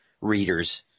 readers